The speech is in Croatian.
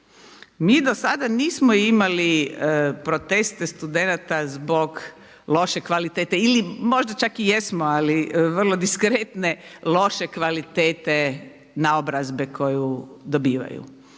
Mi dosada nismo imali proteste studenata zbog loše kvalitete ili možda čak i jesmo ali vrlo diskretne, loše kvalitete naobrazbe koju dobivaju.